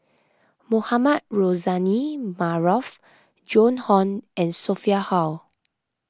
Mohamed Rozani Maarof Joan Hon and Sophia Hull